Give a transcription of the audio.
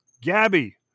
Gabby